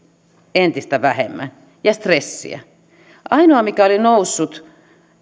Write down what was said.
entistä vähemmän ainoa mikä oli noussut